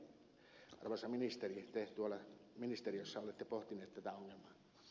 miten arvoisa ministeri te tuolla ministeriössä olette pohtineet tätä ongelmaa